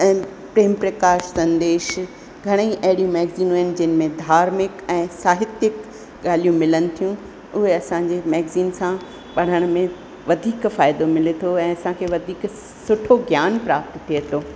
ऐं प्रेम प्रकाश संदेश घणेई अहिड़ियूं मैगज़िनू आहिनि जंहिं में धार्मिक ऐं साहित्यिक ॻाल्हियूं मिलनि थियूं उहे असांजे मैगज़िन सां पढ़ण में वधीक फ़ाइदो मिले थो ऐं असांखे वधीक सुठो ज्ञान प्राप्त थिए थो